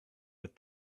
with